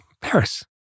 Paris